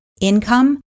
income